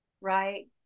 right